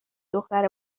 دختر